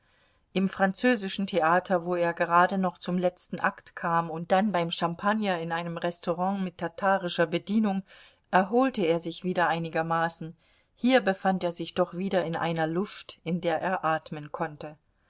im französischen theater wo er gerade noch zum letzten akt kam und dann beim champagner in einem restaurant mit tatarischer bedienung erholte er sich wieder einigermaßen hier befand er sich doch wieder in einer luft in der er atmen konnte